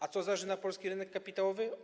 A co zarzyna polski rynek kapitałowy?